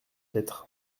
lettre